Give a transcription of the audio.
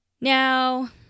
Now